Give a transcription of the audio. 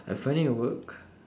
I finding a work